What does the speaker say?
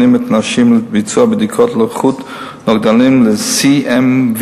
את הנשים לביצוע בדיקות לנוכחות נוגדנים ל-CMV.